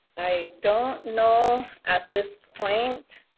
i don't know at this point.